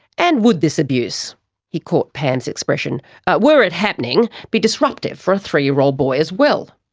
and would this abuse he caught pam's expression were it happening, be disruptive for a three-year-old boy as well?